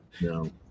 No